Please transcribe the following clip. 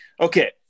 Okay